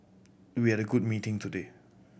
we had a good meeting today